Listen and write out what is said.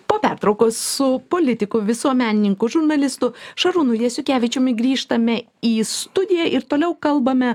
po pertraukos su politik visuomenininku žurnalistu šarūnu jasiukevičiumi grįžtame į studiją ir toliau kalbame